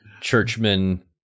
churchmen